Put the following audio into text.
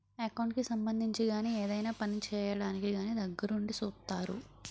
account కి సంబంధించి గాని ఏదైనా పని చేయడానికి కానీ దగ్గరుండి సూత్తారు